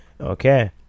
Okay